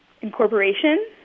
incorporation